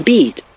Beat